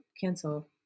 Cancel